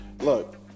look